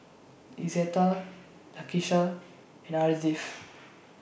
Izetta Lakesha and Ardith